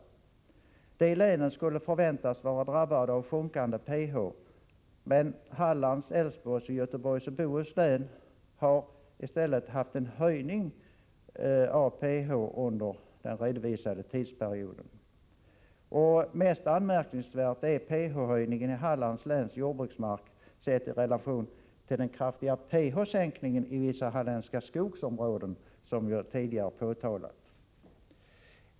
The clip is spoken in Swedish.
Markerna i de länen skulle förväntas vara drabbade av sjunkande pH, men Hallands, Älvsborgs samt Göteborgs och Bohus län har i stället haft en höjning av pH-värdet under den redovisade tidsperioden. Mest anmärkningsvärd är pH-höjningen i Hallands läns jordbruksmark sett i relation till den kraftiga pH-sänkningen i vissa halländska skogsområden, som jag tidigare påtalat.